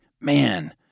man